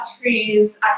trees